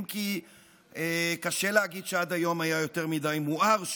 אם כי קשה להגיד שעד היום היה יותר מדי מואר שם.